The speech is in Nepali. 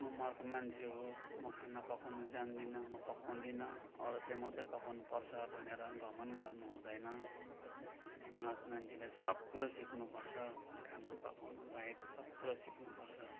म मरद मान्छे हो म खाना पकाउनु जान्दिनँ म पकाउँदिन औरतले मत्रै पकाउनु पर्छ भनेर घमन्ड गर्ने हुँदैन अनि मरत मान्छेले सब कुरो सिक्नु पर्छ खाना पकाउनुबाहेक सब कुरा सिक्नु पर्छ